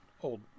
old